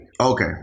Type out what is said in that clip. Okay